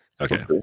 Okay